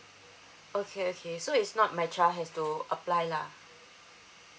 okay okay so it's not my child has to apply lah